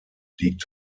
liegt